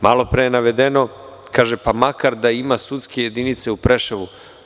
Malopre je navedeno – makar da ima i sudske jedinice u Preševu.